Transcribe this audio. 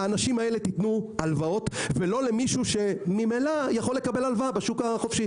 לאנשים האלה תנו הלוואות ולא למי שמילא יכול לקבל הלוואה בשוק החופשי.